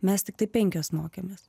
mes tiktai penkios mokėmės